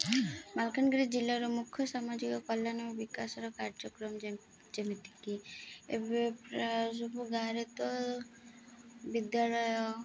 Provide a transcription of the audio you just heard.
ମାଲକାନଗିରି ଜିଲ୍ଲାର ମୁଖ୍ୟ ସାମାଜିକ କଲ୍ୟାଣ ବିକାଶର କାର୍ଯ୍ୟକ୍ରମ ଯେମିତିକି ଏବେ ପ୍ରାୟ ସବୁ ଗାଁରେ ତ ବିଦ୍ୟାଳୟ